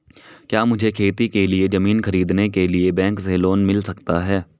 क्या मुझे खेती के लिए ज़मीन खरीदने के लिए बैंक से लोन मिल सकता है?